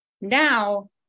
Now